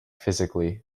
physically